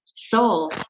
Soul